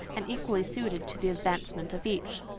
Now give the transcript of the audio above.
and equally suited to the advancement of each.